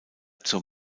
zur